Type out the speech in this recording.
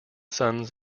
sons